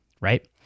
right